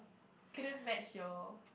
couldn't match your